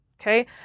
Okay